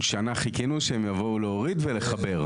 שנה חיכינו שהם יבואו להוריד ולחבר.